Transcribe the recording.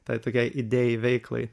tai tokiai idėjai veiklai